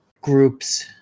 groups